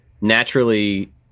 naturally